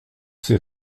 ces